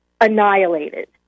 annihilated